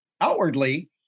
outwardly